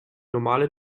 normale